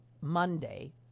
Monday